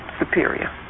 superior